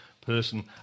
person